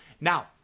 Now